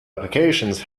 applications